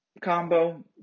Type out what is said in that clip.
combo